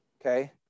okay